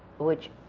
which,